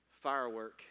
firework